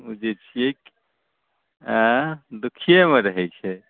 ओ जे छियै आँय दुःखेमे रहैत छै